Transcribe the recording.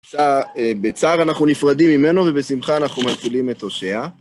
בצער אנחנו נפרדים ממנו, ובשמחה אנחנו מצילים את הושע.